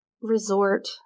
resort